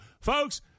Folks